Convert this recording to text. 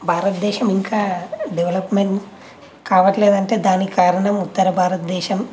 భారతదేశం ఇంకా డెవలప్మెంట్ కావడంలేదు అంటే దానికి కారణం ఉత్తర భారతదేశం